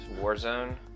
Warzone